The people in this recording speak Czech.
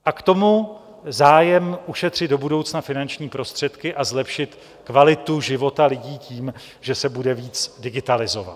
A k tomu zájem ušetřit do budoucna finanční prostředky a zlepšit kvalitu života lidí tím, že se bude víc digitalizovat.